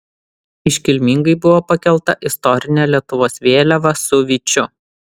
iškilmingai buvo pakelta istorinė lietuvos vėliava su vyčiu